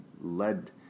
led